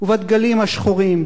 ובדגלים השחורים?